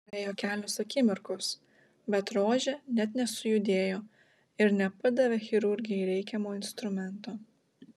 praėjo kelios akimirkos bet rožė net nesujudėjo ir nepadavė chirurgei reikiamo instrumento